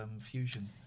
fusion